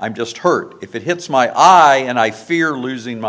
i'm just hurt if it hits my eye and i fear losing